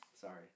sorry